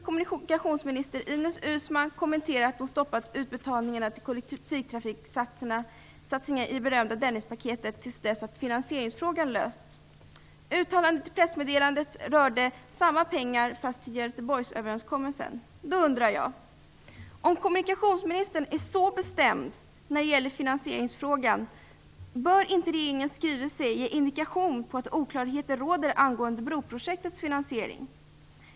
Kommunikationsminister Ines Uusmann kommenterar där och har stoppat utbetalningarna till kollektivtrafiksatsningarna i det berömda Dennispaketet till dess att finansieringsfrågan är löst. Uttalandet i pressmeddelandet rör samma pengar, fastän till Göteborgsöverenskommelsen. Då undrar jag: Om kommunikationsministern är så bestämd när det gäller finansieringsfrågan, bör då inte regeringens skrivelse ge en indikation om att oklarheter råder angående broprojektets finansiering?